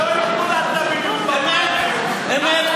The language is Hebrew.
אתה בקדימה לא התמודדת בדיוק בפריימריז, אמת,